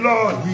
Lord